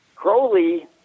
Crowley